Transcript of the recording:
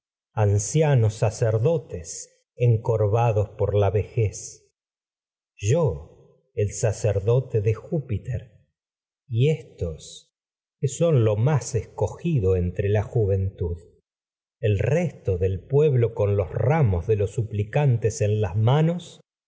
ancianos vejez yo sacerdotes encorvados y la el sacerdote de júpiter éstos que pue es lo más escogido entre la juventud eí resto del ramos blo tán con en los de los suplicantes en las manos